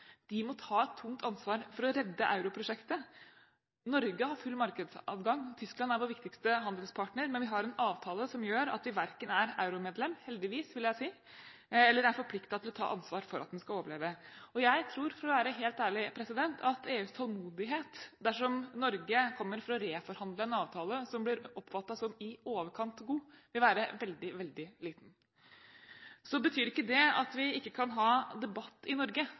De må ta et tungt ansvar for å redde europrosjektet. Norge har full markedsadgang, Tyskland er vår viktigste handelspartner, men vi har en avtale som gjør at vi verken er euromedlem – heldigvis, vil jeg si – eller forpliktet til å ta ansvar for at den skal overleve. Jeg tror, for å være helt ærlig, at EUs tålmodighet dersom Norge kommer for å reforhandle en avtale som blir oppfattet som i overkant god, vil være veldig, veldig liten. Så betyr ikke det at vi ikke kan ha debatt i Norge